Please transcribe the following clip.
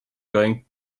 going